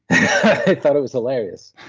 they thought it was hilarious.